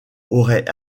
aurait